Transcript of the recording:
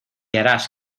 harás